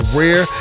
rare